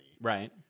right